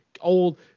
Old